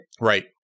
Right